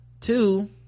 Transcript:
two